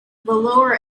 lower